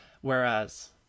whereas